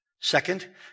Second